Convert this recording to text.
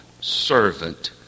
servant